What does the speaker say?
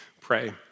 pray